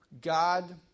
God